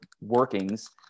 workings